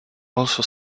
also